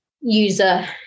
user